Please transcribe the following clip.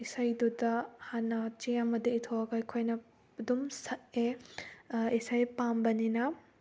ꯏꯁꯩꯗꯨꯗ ꯍꯥꯟꯅ ꯆꯦ ꯑꯃꯗ ꯏꯊꯣꯛꯑꯒ ꯑꯩꯈꯣꯏꯅ ꯑꯗꯨꯝ ꯁꯛꯑꯦ ꯏꯁꯩ ꯄꯥꯝꯕꯅꯤꯅ